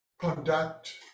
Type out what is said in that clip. conduct